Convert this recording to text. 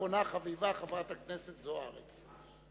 ואחרונה חביבה חברת הכנסת זוארץ.